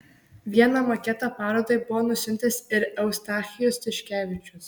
vieną maketą parodai buvo nusiuntęs ir eustachijus tiškevičius